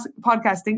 podcasting